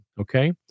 Okay